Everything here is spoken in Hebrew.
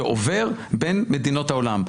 שעובר בין מדינות העולם.